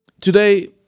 today